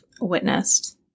witnessed